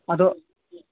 ᱟᱫᱚ